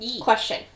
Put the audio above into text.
question